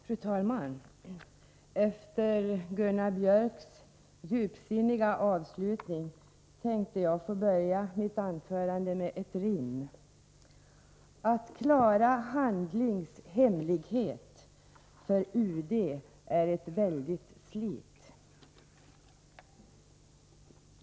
Fru talman! Efter Gunnar Biörcks i Värmdö djupsinniga avslutning tänkte jag börja mitt anförande med ett rim: Att klara en handlings hemlighet är för UD ett väldigt slit.